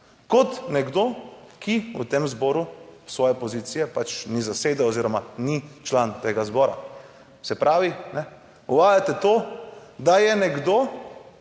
Kot nekdo, ki v tem zboru svoje pozicije pač ni zasedel oziroma ni član tega zbora. Se pravi, uvajate to, da je nekdo,